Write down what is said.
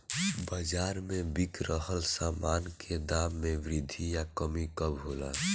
बाज़ार में बिक रहल सामान के दाम में वृद्धि या कमी कब होला?